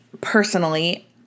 personally